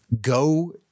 go